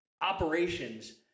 operations